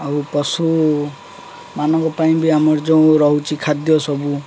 ଆଉ ପଶୁମାନଙ୍କ ପାଇଁ ବି ଆମର ଯେଉଁ ରହୁଛି ଖାଦ୍ୟ ସବୁ